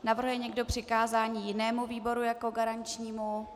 Navrhuje někdo přikázání jinému výboru jako garančnímu?